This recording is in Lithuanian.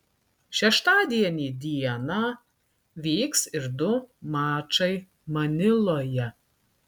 šeštadienį dieną vyks ir du mačai maniloje